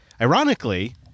ironically